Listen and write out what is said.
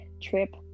trip